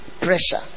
pressure